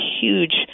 huge